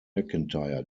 mcintyre